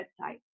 website